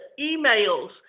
emails